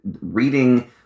Reading